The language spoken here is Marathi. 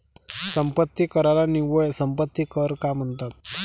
संपत्ती कराला निव्वळ संपत्ती कर का म्हणतात?